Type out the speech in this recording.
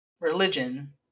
religion